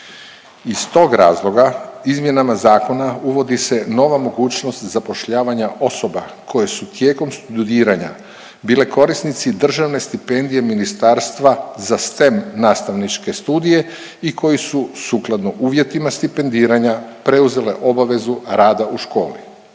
Iz tog razloga izmjenama zakona uvodi se nova mogućnost zapošljavanja osoba koje su tijekom studiranja bile korisnici državne stipendije ministarstva za STEM nastavničke studije i koji su sukladno uvjetima stipendiranja preuzele obavezu rada u školi.